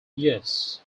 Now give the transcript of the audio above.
yes